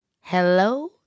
Hello